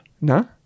No